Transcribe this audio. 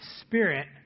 spirit